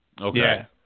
Okay